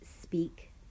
speak